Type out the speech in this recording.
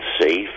safe